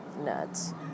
nuts